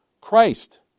Christ